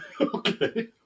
Okay